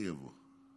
יעלה ויבוא.